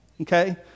okay